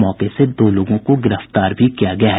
मौके से दो लोगों को गिरफ्तार भी किया गया है